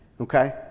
okay